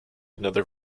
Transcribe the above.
another